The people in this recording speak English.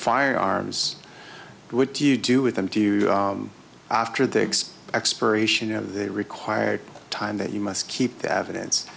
firearms what do you do with them do you after the expects spiration of the required time that you must keep the evidence